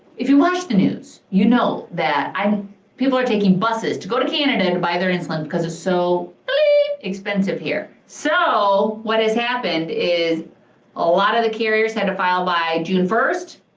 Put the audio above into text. if you watch the news, you know that um people are taking buses to go to canada to and buy their insulin, because it's so bleep expensive here. so, what is happened is a lot of the carriers had to file by june first